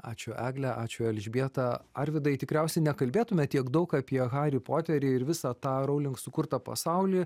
ačiū egle ačiū elžbieta arvydai tikriausiai nekalbėtume tiek daug apie harį poterį ir visą tą rowling sukurtą pasaulį